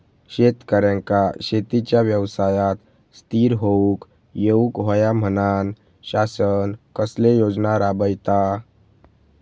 शेतकऱ्यांका शेतीच्या व्यवसायात स्थिर होवुक येऊक होया म्हणान शासन कसले योजना राबयता?